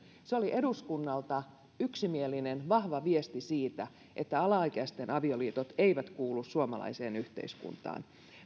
se oli eduskunnalta yksimielinen vahva viesti siitä että alaikäisten avioliitot eivät kuulu suomalaiseen yhteiskuntaan